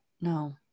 no